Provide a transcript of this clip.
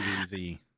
easy